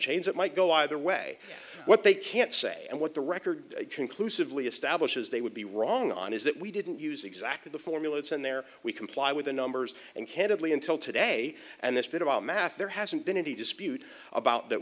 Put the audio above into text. change it might go either way what they can't say and what the record conclusively establishes they would be wrong on is that we didn't use exactly the formulas and there we comply with the numbers and candidly until today and this bit about math there hasn't been any dispute about that